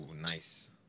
nice